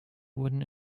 wurden